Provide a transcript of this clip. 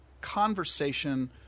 conversation